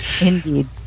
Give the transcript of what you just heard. indeed